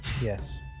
Yes